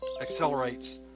accelerates